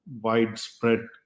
widespread